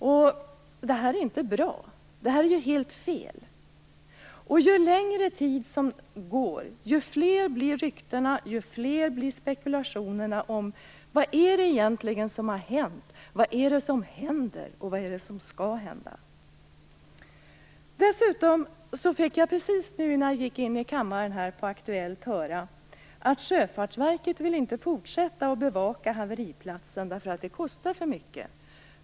Detta är inte bra. Det är ju helt fel. Ju längre tid som går, desto fler blir ryktena och spekulationerna om vad det är som egentligen har hänt, vad det är som händer och vad som skall hända. Dessutom fick jag precis innan jag gick in här i kammaren på Aktuellt höra att Sjöfartsverket inte vill fortsätta att bevaka haveriplatsen därför att det kostar för mycket.